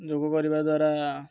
ଯୋଗ କରିବା ଦ୍ୱାରା